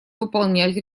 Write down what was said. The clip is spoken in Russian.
выполнять